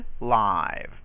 live